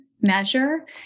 measure